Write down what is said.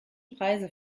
preise